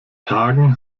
tagen